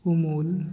ᱩᱢᱩᱞ